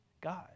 God